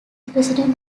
president